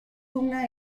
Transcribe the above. una